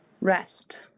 Rest